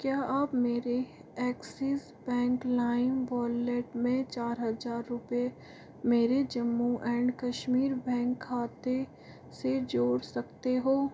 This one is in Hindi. क्या आप मेरे एक्सिज़ बैंक लाइम वॉलेट में चार हज़ार रुपये मेरे जम्मू एंड कश्मीर बैंक खाते से जोड़ सकते हो